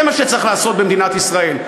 זה מה שצריך לעשות במדינת ישראל.